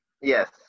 yes